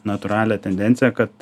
natūralią tendenciją kad